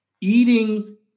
Eating